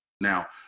Now